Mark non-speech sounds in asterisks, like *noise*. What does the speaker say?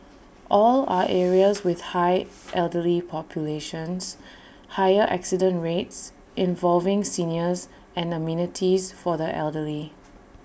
all *noise* are areas with high elderly populations higher accident rates involving seniors and amenities for the elderly